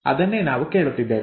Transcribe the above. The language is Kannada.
ಅದನ್ನೇ ನಾವು ಕೇಳುತ್ತಿದ್ದೇವೆ